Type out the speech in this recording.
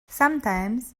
sometimes